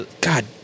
God